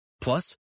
Plus